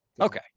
Okay